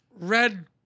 Red